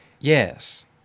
Yes